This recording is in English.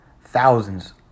thousands